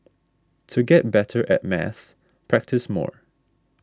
to get better at maths practise more